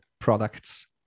products